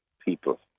people